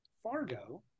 Fargo